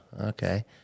okay